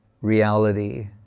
reality